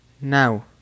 Now